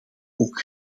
ook